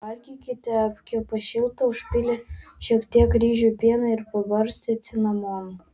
valgykite apkepą šiltą užpylę šiek tiek ryžių pieno ir pabarstę cinamonu